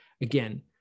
again